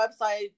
website